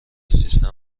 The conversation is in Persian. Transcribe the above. سیستم